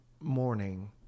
morning